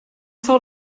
saw